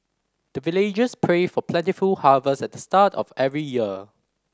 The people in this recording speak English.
the villagers pray for plentiful harvest at the start of every year